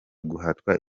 guhatwa